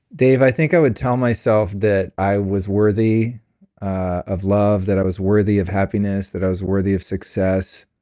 dave, i think i would tell myself that i was worthy of love, that i was worthy of happiness, that i was worthy of success.